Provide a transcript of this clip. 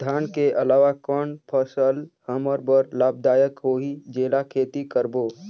धान के अलावा कौन फसल हमर बर लाभदायक होही जेला खेती करबो?